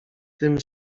tym